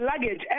luggage